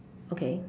okay